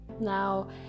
Now